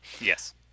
Yes